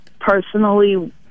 personally